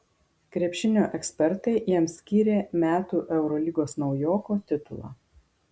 krepšinio ekspertai jam skyrė metų eurolygos naujoko titulą